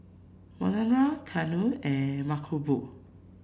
Manohar Ketna and Mankombu